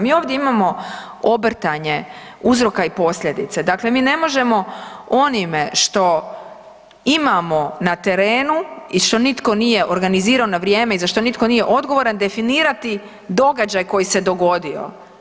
Mi ovdje imamo obrtanje uzroka i posljedice, dakle mi ne možemo onime što imamo na terenu i što nitko nije organizirao na vrijeme i za što nitko nije odgovoran definirati događaj koji se dogodio.